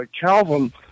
Calvin